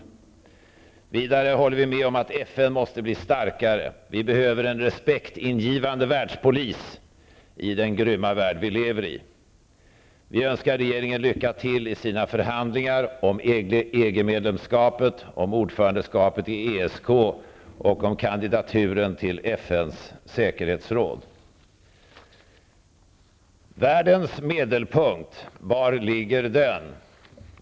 Vidare håller vi med om att FN måste bli starkare. Vi behöver en respektingivande världspolis i den grymma värld vi lever i. Vi önskar regeringen lycka till i förhandlingarna om Världens medelpunkt, var ligger den?